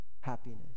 happiness